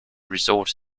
resort